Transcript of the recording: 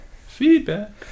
Feedback